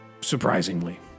surprisingly